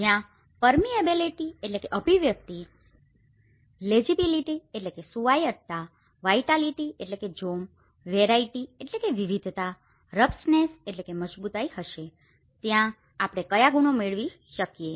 જ્યાં પર્મીએબીલીટી permeabilityઅભિવ્યક્તિ લેજીબીલીટી legibilityસુવાચ્યતા વાઇટાલીટીvitalityજોમ વેરાઈટીvarietyવિવિધતા રબ્સ્ટનેસ robustnessમજબુતાઈ હશે ત્યાં આપણે કયા ગુણો મેળવી શકીએ